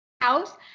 house